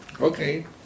Okay